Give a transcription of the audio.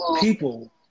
people